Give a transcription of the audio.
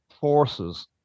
forces